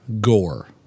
gore